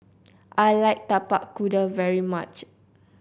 I like Tapak Kuda very much